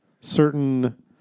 certain